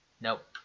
nope